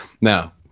Now